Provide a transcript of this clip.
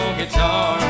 guitar